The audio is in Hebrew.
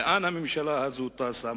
לאן הממשלה הזאת טסה,